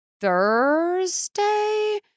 Thursday